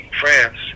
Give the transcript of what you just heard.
France